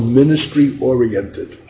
ministry-oriented